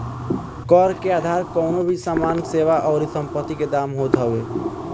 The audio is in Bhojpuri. कर के आधार कवनो भी सामान, सेवा अउरी संपत्ति के दाम होत हवे